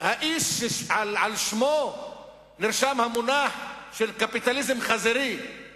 האיש שעל שמו נרשם המונח "קפיטליזם חזירי";